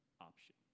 option